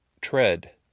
tread